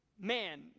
Man